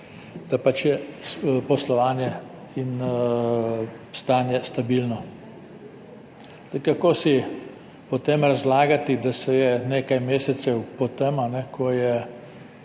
da je poslovanje in stanje stabilno. Kako si potem razlagate, da se je nekaj mesecev po tem, ko je